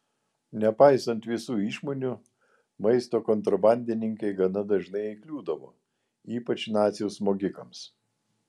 nepaisant visų išmonių maisto kontrabandininkai gana dažnai įkliūdavo ypač nacių smogikams